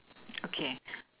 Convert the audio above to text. okay